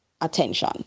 attention